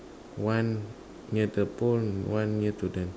one near the pole one near to them